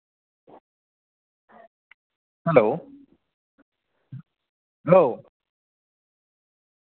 hello औ